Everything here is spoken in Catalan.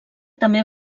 també